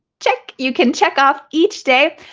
check. you can check off each day,